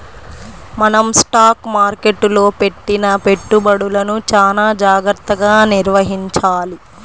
మనం స్టాక్ మార్కెట్టులో పెట్టిన పెట్టుబడులను చానా జాగర్తగా నిర్వహించాలి